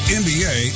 nba